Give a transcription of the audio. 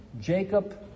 Jacob